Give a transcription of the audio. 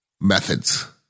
methods